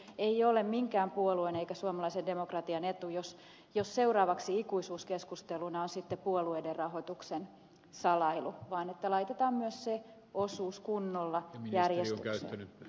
ei ole minkään puolueen eikä suomalaisen demokratian etu jos seuraavaksi ikuisuuskeskusteluna on sitten puolueiden rahoituksen salailu vaan että laitetaan myös se osuus kunnolla järjestykseen